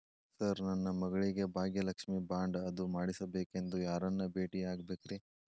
Sir ನನ್ನ ಮಗಳಿಗೆ Bhagyalakshmi bond ಅದು ಮಾಡಿಸಬೇಕೆಂದು ಯಾರನ್ನ ಭೇಟಿಯಾಗಬೇಕ್ರಿ?